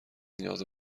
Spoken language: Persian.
نیاز